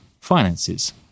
finances